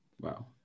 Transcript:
Wow